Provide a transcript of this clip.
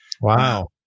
Wow